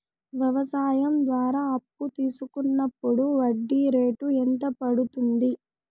వ్యవసాయం ద్వారా అప్పు తీసుకున్నప్పుడు వడ్డీ రేటు ఎంత పడ్తుంది